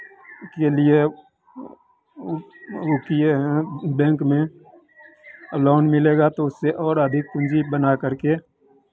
के लिए वो किए हैं बैंक में और लोन मिलेगा तो उससे और अधिक पूँजी बना करके